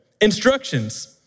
Instructions